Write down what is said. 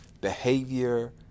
behavior